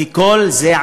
וכל זה,